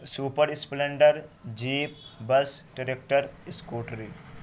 super splendor jeep bus tractor scooty